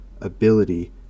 Ability